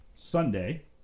sunday